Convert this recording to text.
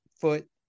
foot